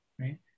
Right